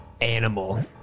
animal